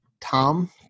Tom